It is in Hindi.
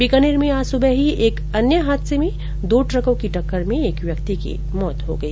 बीकानेर में आज सुबह ही एक अन्य हादसे में दो ट्रकों की टक्कर में एक व्यक्ति की मौत हो गई